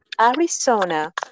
Arizona